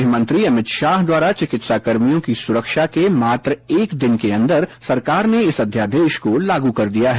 गृहमंत्री अमितशाह द्वारा चिकित्सा कर्मियों की सुरक्षा के मात्र एक दिन के अंदर सरकार ने इस अध्यादेश को लागू कर दिया है